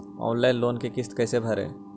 Online loan के किस्त कैसे भरे?